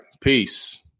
Peace